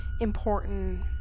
important